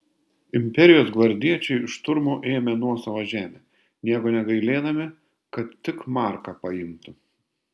imperijos gvardiečiai šturmu ėmė nuosavą žemę nieko negailėdami kad tik marką paimtų